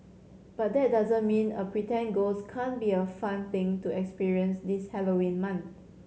but that doesn't mean a pretend ghost can't be a fun thing to experience this Halloween month